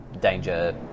danger